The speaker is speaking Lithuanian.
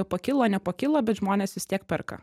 pakilo nepakilo bet žmonės vis tiek perka